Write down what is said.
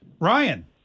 Ryan